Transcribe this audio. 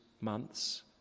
months